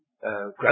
growth